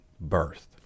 birth